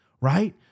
right